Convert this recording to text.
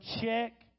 check